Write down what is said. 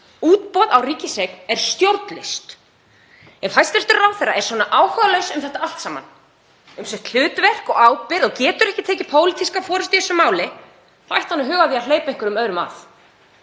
Útboð á ríkiseign er stjórnlaust. Ef hæstv. ráðherra er svona áhugalaus um þetta allt saman, um sitt hlutverk og ábyrgð og getur ekki tekið pólitíska forystu í þessu máli, þá ætti hann að huga að því að hleypa einhverjum öðrum að.